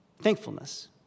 thankfulness